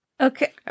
Okay